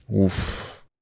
Oof